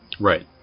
Right